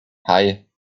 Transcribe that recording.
hei